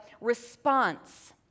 response